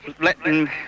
letting